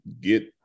get